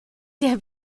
der